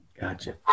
Gotcha